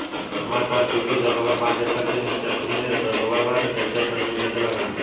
हमरा पास सिंचित रकबा पांच एकड़ तीन चक में रकबा बा त ट्रेक्टर ऋण मिल सकेला का?